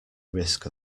risk